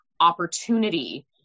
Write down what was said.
opportunity